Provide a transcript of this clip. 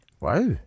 Wow